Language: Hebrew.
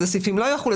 אילו סעיפים לא יחולו.